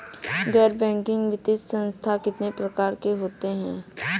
गैर बैंकिंग वित्तीय संस्थान कितने प्रकार के होते हैं?